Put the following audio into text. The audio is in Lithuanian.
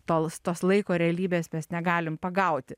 tols tos laiko realybės mes negalim pagauti